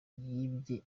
yibye